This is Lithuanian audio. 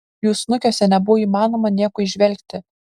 jų snukiuose nebuvo įmanoma nieko įžvelgti